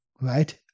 right